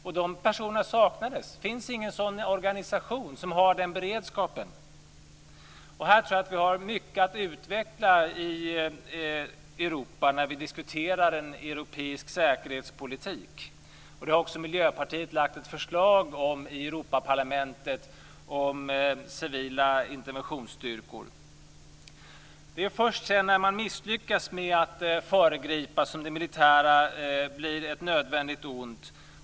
De här personerna saknades - det finns ingen organisation som har den beredskapen. Här tror jag att vi har mycket att utveckla i Europa när vi diskuterar en europeisk säkerhetspolitik. Miljöpartiet har i Europaparlamentet lagt fram ett förslag om civila interventionsstyrkor. Det är först när man misslyckas med att föregripa som det militära blir ett nödvändigt ont.